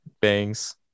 bangs